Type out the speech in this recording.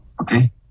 Okay